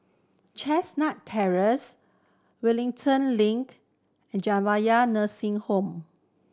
Chestnut Terrace Wellington Link and Jamiyah Nursing Home